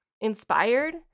inspired